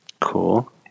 Cool